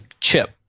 chip